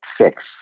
six